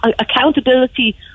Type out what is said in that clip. accountability